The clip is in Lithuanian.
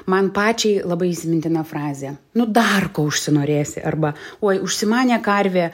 man pačiai labai įsimintina frazė nu dar ko užsinorėsi arba oi užsimanė karvė